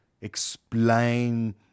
explain